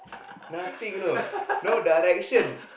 nothing you know no direction